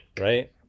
right